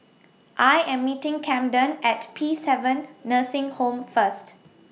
I Am meeting Camden At Peacehaven Nursing Home First